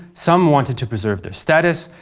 some wanted to preserve their status,